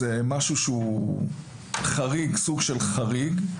זה משהו שהוא סוג של חריג.